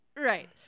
right